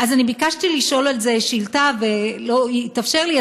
אני ביקשתי לשאול על זה שאילתה ולא התאפשר לי,